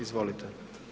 Izvolite.